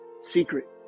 Secret